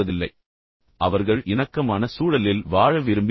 அவர்கள் எப்போதும் ஒரு வகையான இணக்கமான சூழலில் வாழ விரும்புகிறார்கள்